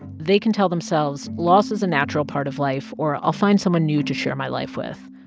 they can tell themselves loss is a natural part of life, or, i'll find someone new to share my life with,